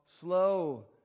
slow